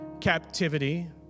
captivity